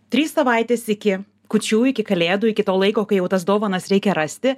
trys savaitės iki kūčių iki kalėdų iki to laiko kai jau tas dovanas reikia rasti